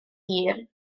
hir